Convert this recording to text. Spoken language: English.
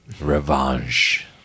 Revenge